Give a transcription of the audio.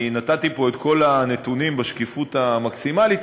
נתתי פה את כל הנתונים בשקיפות המקסימלית,